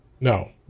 No